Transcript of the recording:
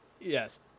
yes